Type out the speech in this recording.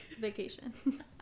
vacation